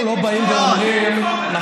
אנחנו לא באים ואומרים, מתעסק בשטויות.